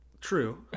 True